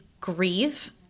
grieve